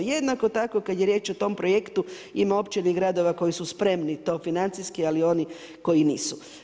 Jednako tako kada je riječ o tom projektu ima općina i gradova koje su spremni to financijski, ali i oni koji nisu.